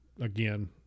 again